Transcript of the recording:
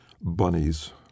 bunnies